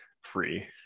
free